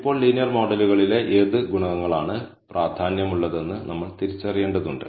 ഇപ്പോൾ ലീനിയർ മോഡലിലെ ഏത് ഗുണകങ്ങളാണ് പ്രാധാന്യമുള്ളതെന്ന് നമ്മൾ തിരിച്ചറിയേണ്ടതുണ്ട്